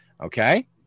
Okay